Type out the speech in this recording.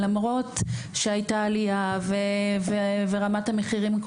למרות שהייתה עלייה ורמת המחירים,